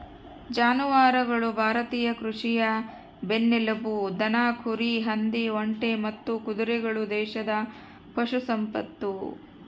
ಜಾನುವಾರುಗಳು ಭಾರತೀಯ ಕೃಷಿಯ ಬೆನ್ನೆಲುಬು ದನ ಕುರಿ ಹಂದಿ ಒಂಟೆ ಮತ್ತು ಕುದುರೆಗಳು ದೇಶದ ಪಶು ಸಂಪತ್ತು